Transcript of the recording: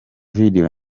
video